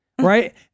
right